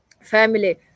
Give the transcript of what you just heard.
family